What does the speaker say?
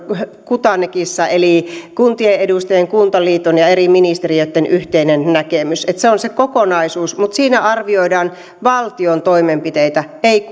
kuthanekissa eli kuntien edustajien kuntaliiton ja eri ministeriöitten yhteinen näkemys että se on se kokonaisuus mutta siinä arvioidaan valtion toimenpiteitä ei